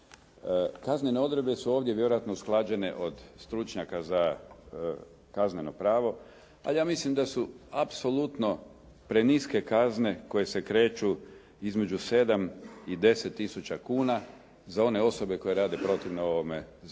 Kaznene odredbe su ovdje vjerojatno usklađene od stručnjaka za kazneno pravo, ali ja mislim da su apsolutno preniske kazne koje se kreću između 7 i 10 tisuća kuna za one osobe koje rade protivno ovom zakonu,